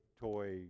toy